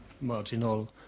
marginal